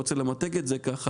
לא רוצה למתג את זה ככה,